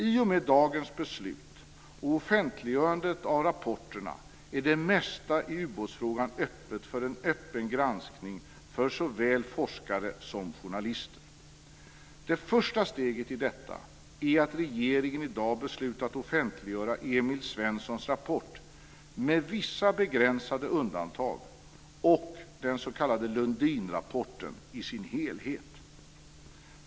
I och med dagens beslut och offentliggörandet av rapporterna är det mesta i ubåtsfrågan öppet för såväl forskare som journalister för en öppen granskning. Det första steget i detta är att regeringen i dag beslutat offentliggöra Emil Svenssons rapport, med vissa begränsade undantag, och den s.k. Lundinrapporten i dess helhet.